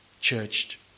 church